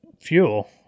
fuel